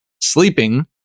Sleeping